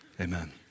Amen